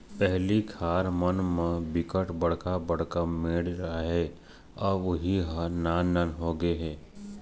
पहिली खार मन म बिकट बड़का बड़का मेड़ राहय अब उहीं ह नान नान होगे हे